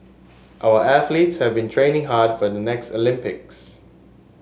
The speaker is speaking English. our athletes have been training hard for the next Olympics